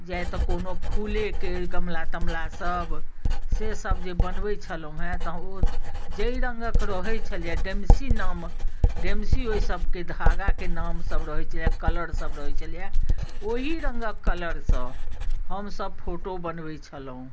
या तऽ कोनो फूलेके गमला तमलासभ सेसभ जे बनबैत छलहुँ हेँ तऽ ओ जाहि रङ्गक रहैत छलैए डेम्सी नाम डेम्सी ओहिसभके धागाके नामसब रहैत छलैए कलरसभ रहैत छलैए ओही रङ्गक कलरसँ हमसभ फोटो बनबैत छलहुँ